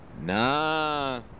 Nah